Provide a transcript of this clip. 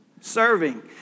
Serving